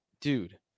dude